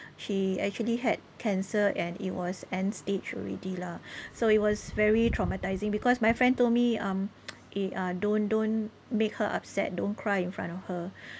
she actually had cancer and it was end stage already lah so it was very traumatising because my friend told me um eh uh don't don't make her upset don't cry in front of her